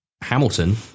Hamilton